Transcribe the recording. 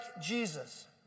Jesus